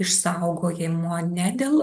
išsaugojimo ne dėl